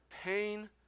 pain